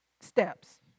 steps